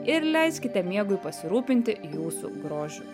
ir leiskite miegui pasirūpinti jūsų grožiu